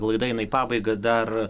laidai eina į pabaigą dar